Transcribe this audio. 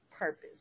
purpose